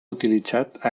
utilitzat